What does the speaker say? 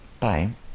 time